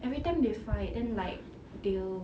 every time they fight then like they will